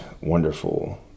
wonderful